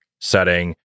setting